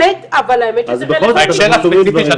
אבל האמת שזה רלוונטי,